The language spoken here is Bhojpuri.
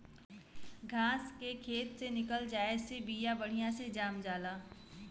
घास के खेत से निकल जाये से बिया बढ़िया से जाम जाला